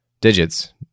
digits